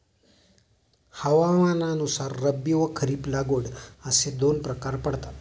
हवामानानुसार रब्बी व खरीप लागवड असे दोन प्रकार पडतात